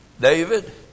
David